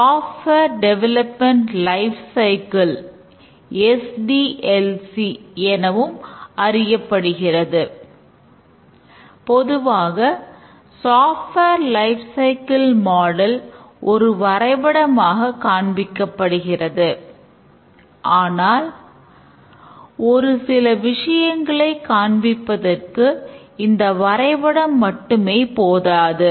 software ஒரு வரைபடமாக காண்பிக்கப்படுகிறது ஆனால் ஒரு சில விஷயங்களை காண்பிப்பதற்கு இந்த வரைபடம் மட்டுமே போதாது